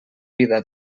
vida